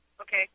Okay